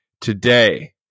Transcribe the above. today